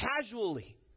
casually